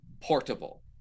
portable